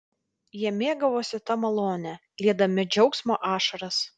jie mėgavosi ta malone liedami džiaugsmo ašaras